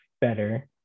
better